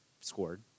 scored